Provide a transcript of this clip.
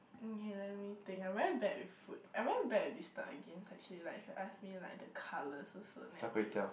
okay let me think I'm very bad with food I'm very bad with this type of games actually like if you ask me like the colours also then I'll be bad